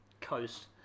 coast